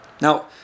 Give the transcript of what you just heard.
Now